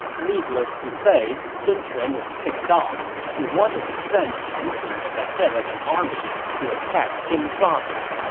needless to say, sun quan was ticked off. he wanted to send cheng pu at the head of an army to attack jing province,